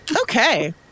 Okay